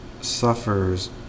suffers